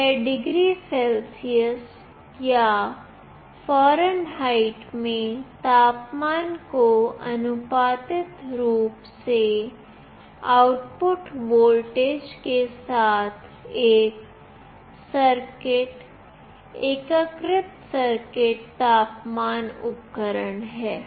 यह degree Celsius या Fahrenheit में तापमान के आनुपातिक रूप से आउटपुट वोल्टेज के साथ एक सटीक एकीकृत सर्किट तापमान उपकरण है